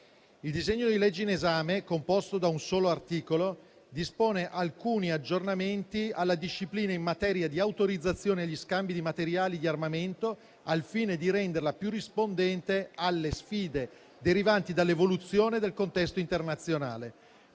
Il disegno di legge in esame, composto da un solo articolo, dispone alcuni aggiornamenti alla disciplina in materia di autorizzazione agli scambi di materiali di armamento, al fine di renderla più rispondente alle sfide derivanti dall'evoluzione del contesto internazionale,